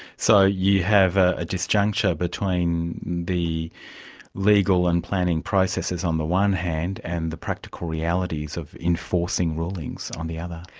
so you have a disjuncture between the legal and planning processes on the one hand and the practical realities of enforcing rulings on the other.